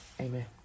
Amen